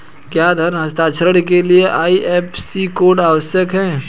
क्या धन हस्तांतरण के लिए आई.एफ.एस.सी कोड आवश्यक है?